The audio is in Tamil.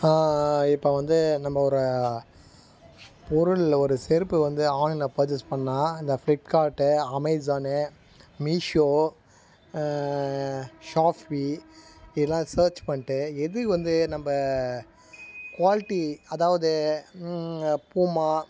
இப்போ வந்து நம்ம ஒரு பொருள் இல்லை ஒரு செருப்பு வந்து ஆன்லைனில் பர்ச்சேஸ் பண்ணால் இந்த ஃப்ளிப்கார்ட்டு அமேஸானு மீஷோ ஷாப்மீ இதெல்லாம் சர்ச் பண்ணிட்டு எது வந்து நம்ம குவாலிட்டி அதாவது பூமா